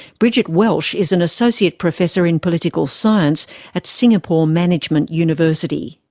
bridget welsh is an associate professor in political science at singapore management university.